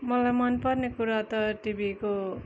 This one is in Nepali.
मलाई मन पर्ने कुरा त टिभीको